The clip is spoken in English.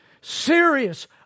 Serious